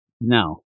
Now